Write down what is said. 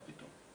מה פתאום.